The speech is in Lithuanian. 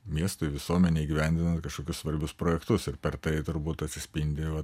miestui visuomenei įgyvendinant kažkokius svarbius projektus ir per tai turbūt atsispindi vat